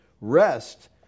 rest